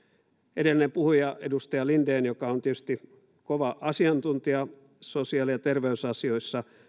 edellinen puhuja edustaja linden joka on tietysti kova asiantuntija sosiaali ja terveysasioissa